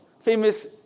famous